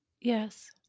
Yes